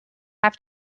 have